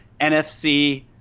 NFC